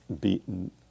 beaten